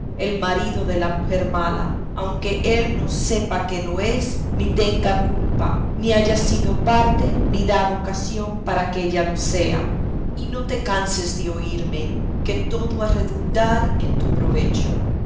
el marido de la mujer mala aunque él no sepa que lo es ni tenga culpa ni haya sido parte ni dado ocasión para que ella lo sea y no te canses de oírme que todo ha de redundar en tu provecho